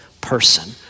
person